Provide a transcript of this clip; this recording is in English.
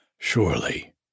Surely